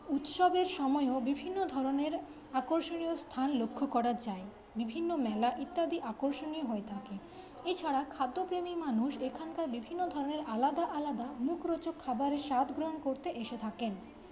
উৎসবের সময়েও বিভিন্ন ধরনের আকর্ষণীয় স্থান লক্ষ্য করা যায় বিভিন্ন মেলা ইত্যাদি আকর্ষণীয় হয়ে থাকে এছাড়া খাদ্যপ্রেমী মানুষ এখানকার বিভিন্ন ধরনের আলাদা আলাদা মুখরোচক খাবারের স্বাদ গ্রহণ করতে এসে থাকেন